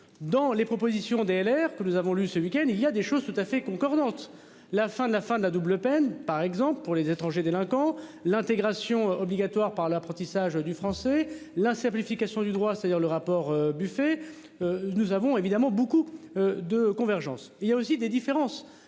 dans les propositions DLR que nous avons lu ce week-end il y a des choses tout à fait concordantes. La fin de la fin de la double peine, par exemple pour les étrangers délinquants l'intégration obligatoire par l'apprentissage du français, la simplification du droit, c'est-à-dire le rapport buffet. Nous avons évidemment beaucoup. De convergences, il y a aussi des différences.